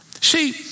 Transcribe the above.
See